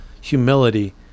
humility